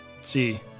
see